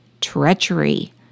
treachery